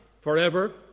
forever